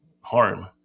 harm